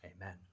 Amen